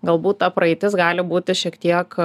galbūt ta praeitis gali būti šiek tiek